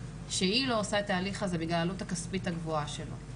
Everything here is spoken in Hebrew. שהיא לא עושה את ההליך הזה בגלל העלות הכספית הגבוהה שלו.